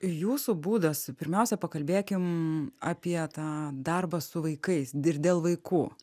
jūsų būdas pirmiausia pakalbėkim apie tą darbą su vaikais ir dėl vaikų